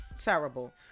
Terrible